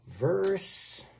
verse